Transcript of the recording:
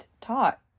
taught